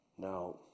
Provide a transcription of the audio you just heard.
now